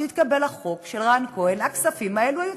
צביעת הכסף הזה שייכנס ממכירה של מלאי